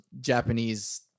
japanese